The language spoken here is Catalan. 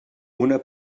una